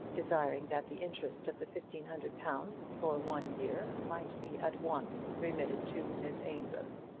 desiring that the interest of the fifteen hundred pounds for one year might be at once remitted to miss amedroz.